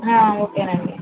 okay అండి